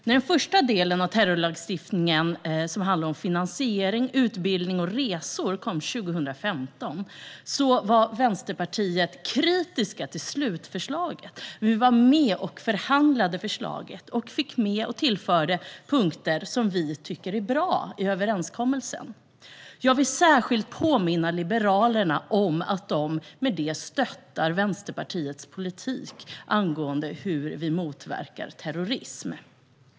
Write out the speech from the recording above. När den första delen av terrorlagstiftningen, som handlar om finansiering, utbildning och resor, kom 2015 var Vänsterpartiet kritiskt till slutförslaget. Men vi var med och förhandlade om förslaget och fick med och tillförde punkter som vi tycker är bra i överenskommelsen. Jag vill särskilt påminna Liberalerna om att de därmed stöttar Vänsterpartiets politik när det gäller hur vi motverkar terrorism.